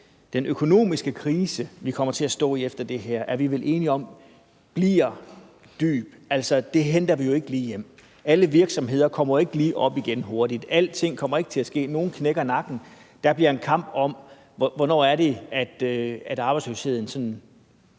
Den økonomiske krise, vi kommer til at stå i efter det her, er vi vel enige om bliver dyb – det forstås på den måde. Altså, det henter vi jo ikke lige hjem. Alle virksomheder kommer jo ikke lige op igen hurtigt. Alting kommer ikke til at ske lige med det samme. Nogle knækker halsen. Det bliver en kamp, hvornår det er, arbejdsløsheden falder